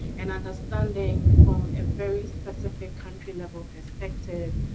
and understanding from a very specific country level perspective.